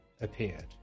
appeared